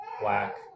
black